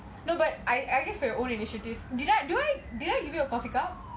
no but I I just for your own initiative did I give me a coffee cup